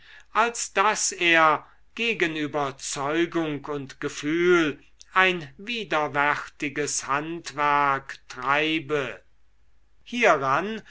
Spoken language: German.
als daß er gegen überzeugung und gefühl ein widerwärtiges handwerk treibe hieran